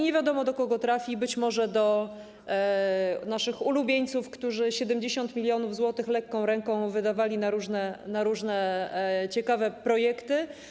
Nie wiadomo do kogo trafi, być może do naszych ulubieńców, którzy 70 mln zł lekką ręką wydawali na różne ciekawe projekty.